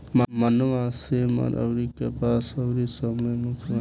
मनवा, सेमर अउरी कपास अउरी सब मे मुख्य बा